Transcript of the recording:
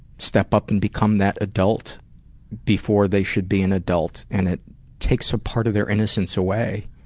step up and become that adult before they should be an adult and it takes a part of their innocence away.